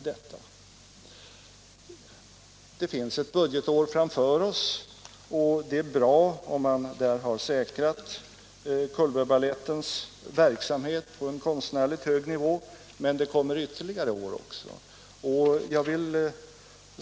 Det ligger ett budgetår framför oss, och det är bra om man där har säkrat Cullbergbalettens verksamhet på en konstnärligt hög nivå, men det kommer också ytterligare år.